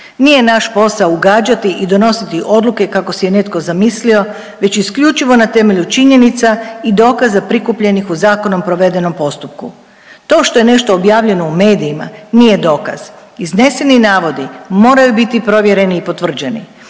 Nije naš posao ugađati i donositi odluke kako si je netko zamislio već isključivo na temelju činjenica i dokaza prikupljenih u zakonom provedenom postupku. To što je nešto objavljeno u medijima nije dokaz, izneseni navodi moraju biti provjereni i potvrđeni.